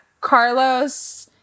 Carlos